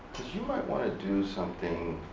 you might want to do something